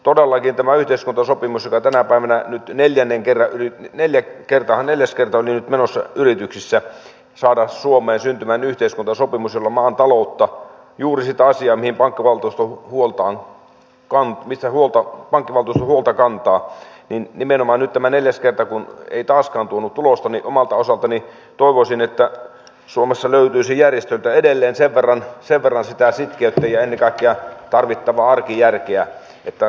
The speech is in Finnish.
todellakin kun tänä päivänä nyt neljännen kerran yritetään neljäs kertahan oli nyt menossa yrityksissä saada suomeen syntymään yhteiskuntasopimus jolla maan taloutta yritetään saada kuntoon juuri sitä asiaa mistä pankkivaltuusto huolta kantaa niin nimenomaan nyt kun tämä neljäs kerta ei taaskaan tuonut tulosta omalta osaltani toivoisin että suomessa löytyisi järjestöiltä edelleen sen verran sitä sitkeyttä ja ennen kaikkea tarvittavaa arkijärkeä että sopu syntyisi